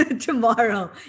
tomorrow